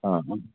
ആ